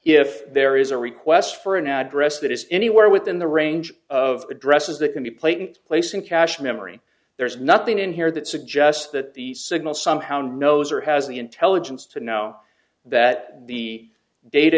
if there is a request for an address that is anywhere within the range of addresses that can be played in placing cache memory there's nothing in here that suggests that the signal somehow knows or has the intelligence to know that the data